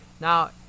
Now